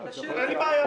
אין לי בעיה.